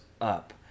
up